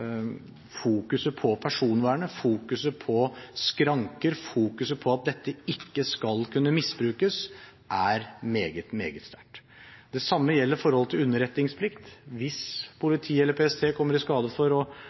personvernet, fokuset på skranker, fokuset på at dette ikke skal kunne misbrukes, er meget, meget sterkt. Det samme gjelder forholdet til underretningsplikt. Hvis politiet eller PST kommer i skade for